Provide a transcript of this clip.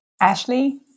Ashley